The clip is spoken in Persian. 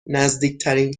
نزدیکترین